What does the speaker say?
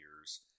years